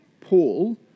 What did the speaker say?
Paul